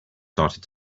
started